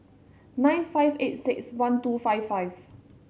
nine five eight six one two five five